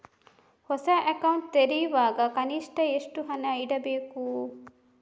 ಹೊಸ ಅಕೌಂಟ್ ತೆರೆಯುವಾಗ ಕನಿಷ್ಠ ಎಷ್ಟು ಹಣ ಇಡಬೇಕು?